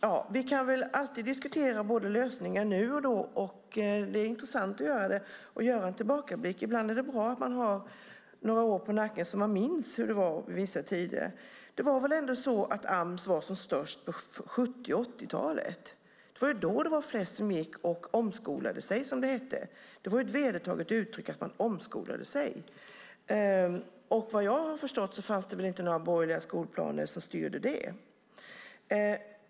Fru talman! Vi kan alltid diskutera lösningar både nu och då. Det är intressant att göra det och att göra en tillbakablick. Ibland är det bra att man har några år på nacken, så att man minns hur det var vid vissa tider. Ams var väl ändå som störst på 70 och 80-talet. Det var då det var flest som gick och omskolade sig, som det hette. Det var ett vedertaget uttryck, att man omskolade sig. Vad jag har förstått fanns det inte några borgerliga skolplaner som styrde det.